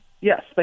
Yes